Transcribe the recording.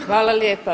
Hvala lijepa.